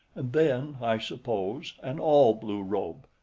and then, i suppose, an all blue robe.